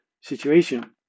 situation